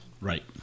Right